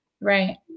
Right